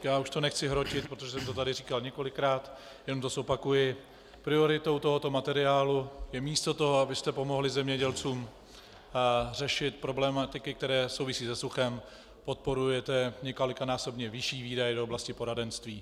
Já to už nechci hrotit, protože už jsem to tu říkal několikrát, jen zopakuji: Prioritou tohoto materiálu je místo toho, abyste pomohli zemědělcům řešit problematiky, které souvisejí se suchem, podporujete několikanásobně vyšší výdaje do oblasti poradenství.